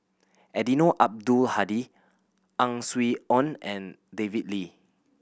Eddino Abdul Hadi Ang Swee Aun and David Lee